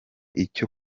icyo